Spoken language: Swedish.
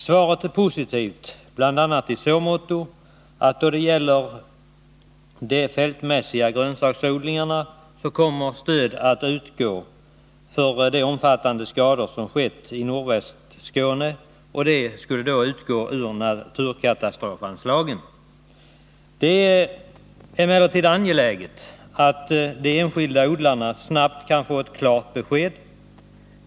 Svaret är positivt, bl.a. i så måtto att jordbruksministern säger att stöd ur naturkatastrofanslagen kommer att utgå för de omfattande skadorna på de fältmässiga grönsaksodlingarna i nordvästra Skåne. Det är emellertid angeläget att de enskilda odlarna snabbt kan få ett klart besked.